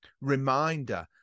reminder